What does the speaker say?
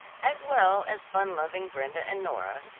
as well as fun loving brenda and nora,